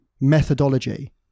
methodology